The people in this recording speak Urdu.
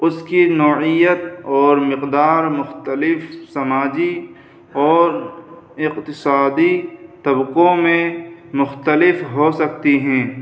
اس کی نوعیت اور مقدار مختلف سماجی اور اقتصادی طبقوں میں مختلف ہو سکتی ہیں